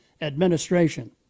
administration